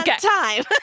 Time